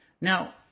now